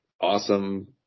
awesome